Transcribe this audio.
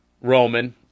Roman